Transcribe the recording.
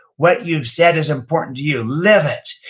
what you've said is important to you, live it.